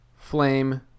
flame